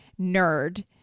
nerd